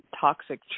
toxic